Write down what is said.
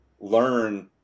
learn